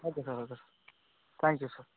okay sir okay sir thank you sir